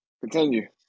Continue